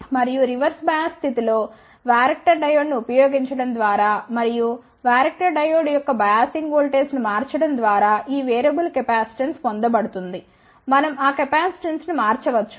మరియు reverse bias స్థితిలో varactor డయోడ్ను ఉపయోగించడం ద్వారా మరియు వరాక్టర్ డయోడ్ యొక్క బయాసింగ్ ఓల్టేజ్ను మార్చడం ద్వారా ఈ వేరియబుల్ కెపాసిటెన్స్ పొందబడుతుంది మనం ఆ కెపాసిటెన్స్ను మార్చవచ్చు